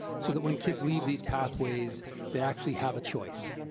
so that when kids leave these pathways they actually have a choice.